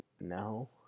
No